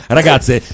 ragazze